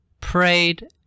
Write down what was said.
prayed